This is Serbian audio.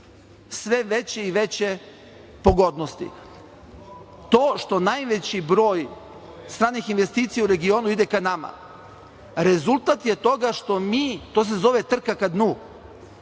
sve veće i veće pogodnosti. To što najveći broj stranih investicija u regionu ide ka nama, rezultat je toga što mi, to se zove "trka ka dnu",